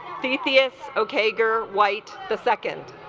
theseus ok gir white the second